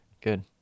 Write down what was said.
Good